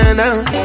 now